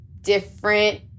different